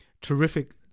terrific